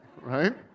right